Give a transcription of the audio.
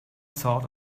thought